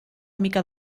mica